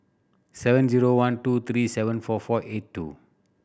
seven zero one two three seven four four eight two